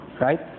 right